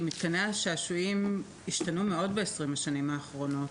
כי מתקני השעשועים השתנו מאוד ב-20 השנים האחרונות.